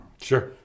Sure